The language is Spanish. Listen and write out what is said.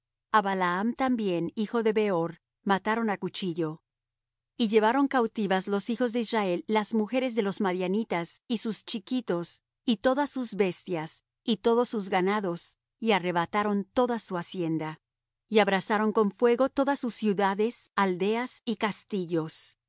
balaam también hijo de beor mataron á cuchillo y llevaron cautivas los hijos de israel las mujeres de los madianitas y sus chiquitos y todas sus bestias y todos sus ganados y arrebataron toda su hacienda y abrasaron con fuego todas sus ciudades aldeas y castillos